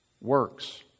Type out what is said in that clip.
works